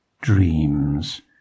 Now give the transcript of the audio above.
dreams